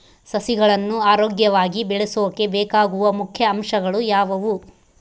ಸಸಿಗಳನ್ನು ಆರೋಗ್ಯವಾಗಿ ಬೆಳಸೊಕೆ ಬೇಕಾಗುವ ಮುಖ್ಯ ಅಂಶಗಳು ಯಾವವು?